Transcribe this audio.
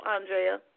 Andrea